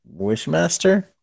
wishmaster